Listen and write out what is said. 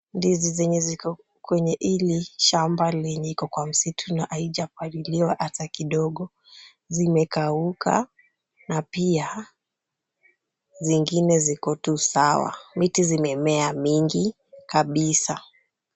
Ndizi zenye ziko kwenye hili shamba lenye iko kwa msitu na haijapaliliwa hata kidogo zimekauka na pia zingine ziko tu sawa, miti zimemea mingi kabisa.